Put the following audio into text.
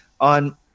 on